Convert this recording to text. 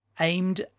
aimed